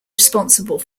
responsible